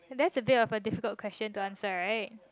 and that's a bit of a difficult question to answer right